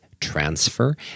transfer